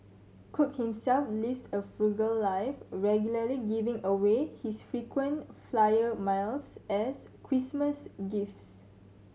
cook himself lives a frugal life regularly giving away his frequent flyer miles as Christmas gifts